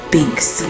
Binks